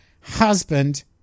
Husband